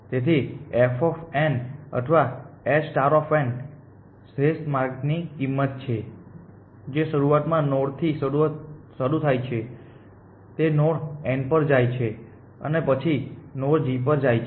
તેથીf અથવા s શ્રેષ્ઠ માર્ગની કિંમત છે જે શરૂઆતના નોડ થી શરૂ થાય છે તે નોડ n પર જાય છે અને પછી નોડ g પર જાય છે